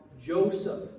Joseph